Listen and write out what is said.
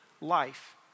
life